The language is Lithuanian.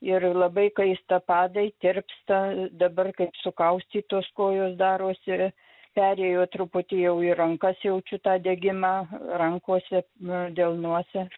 ir labai kaista padai tirpsta dabar kaip sukaustytos kojos darosi perėjo truputį jau į rankas jaučiu tą degimą rankose delnuose